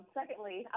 secondly